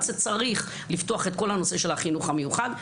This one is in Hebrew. שצריך לפתוח את כל הנושא של החינוך המיוחד.